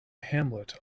hamlet